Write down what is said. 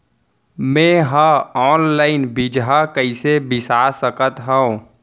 मे हा अनलाइन बीजहा कईसे बीसा सकत हाव